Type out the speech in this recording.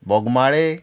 Bogmalo